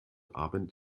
abend